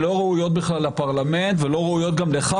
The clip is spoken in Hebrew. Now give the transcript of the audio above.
שלא ראויות בכלל לפרלמנט וגם לא ראויות לך,